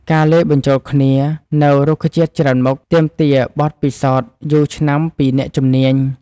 ការលាយបញ្ចូលគ្នានូវរុក្ខជាតិច្រើនមុខ ទាមទារបទពិសោធន៍យូរឆ្នាំពីអ្នកជំនាញ។